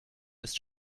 ist